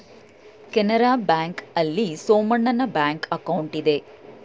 Canara bank ಆಲ್ಲಿ ಸೋಮಣ್ಣನ bank account ಇದೆ